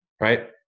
Right